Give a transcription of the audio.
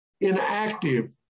inactive